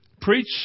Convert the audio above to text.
Preach